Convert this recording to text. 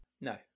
No